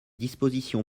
dispositions